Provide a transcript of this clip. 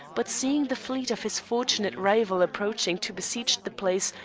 but seeing the fleet of his fortunate rival approaching to besiege the place,